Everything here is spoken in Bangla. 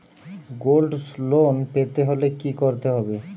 গোল্ড লোন পেতে হলে কি করতে হবে?